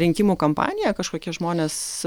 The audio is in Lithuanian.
rinkimų kampanija kažkokie žmonės